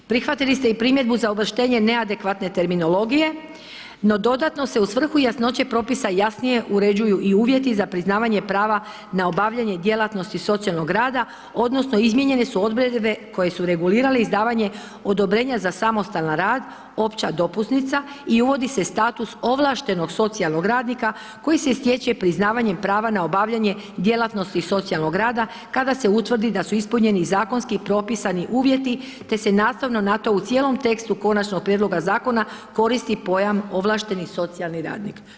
Prihvatili ste i primjedbu da uvrštenje neadekvatne terminologije no dodatno se u svrhu jasnoće propisa jasnije uređuju i uvjeti za priznavanje prava na obavljanje djelatnosti socijalnog rada odnosno izmijenjene su odredbe koje su regulirali izdavanje odobrenja za samostalan rad, opća dopusnica i uvodi se status ovlaštenog socijalnog radnika koji se stječe priznavanjem prava na obavljanje djelatnosti socijalnog rada kada se utvrdi da su ispunjeni zakonski propisani uvjeti te se nastavno na to u cijelom tekstu konačnog prijedloga zakona koristi i pojam ovlašteni socijalni radnik.